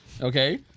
Okay